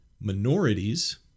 minorities